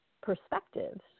perspectives